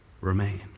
remain